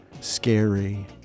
scary